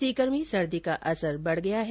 सीकर में सर्दी का असर बढ़ गया है